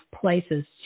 places